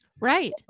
Right